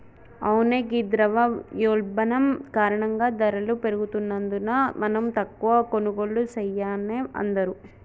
అవునే ఘీ ద్రవయోల్బణం కారణంగా ధరలు పెరుగుతున్నందున మనం తక్కువ కొనుగోళ్లు సెయాన్నే అందరూ